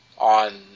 On